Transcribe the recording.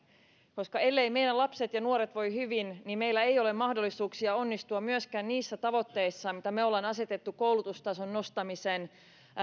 koska elleivät meidän lapset ja nuoret voi hyvin meillä ei ole mahdollisuuksia onnistua myöskään niissä tavoitteissa mitä me me olemme asettaneet koulutustason nostamisen